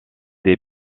des